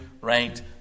right